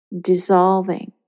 dissolving